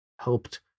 helped